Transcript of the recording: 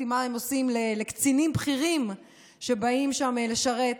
לא מדובר בחיילים שנקראים בצו מילואים אלא במתנדבים,